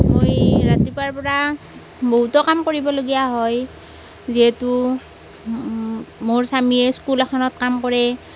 মই ৰাতিপুৱাৰ পৰা বহুতো কাম কৰিবলগীয়া হয় যিহেতু মোৰ স্বামীয়ে স্কুল এখনত কাম কৰে